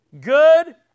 Good